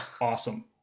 awesome